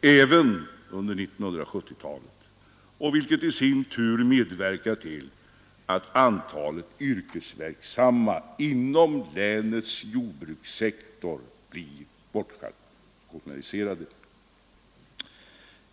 även under 1970-talet, vilket i sin tur medverkar till att ytterligare ett antal yrkesverksamma inom länets jordbrukssektor blir bortrationaliserade.